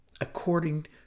according